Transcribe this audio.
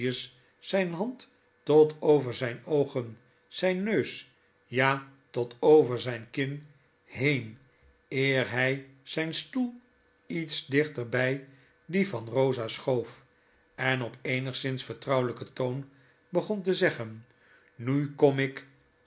zyne hand tot over zjjne oogen zyn neus ja tot over zijne kin heen eer hij zijn stoel lets dichter bij dien van rosa schoof en op eenigszins vertrouwelijker toon begon te zeggen nu kom ik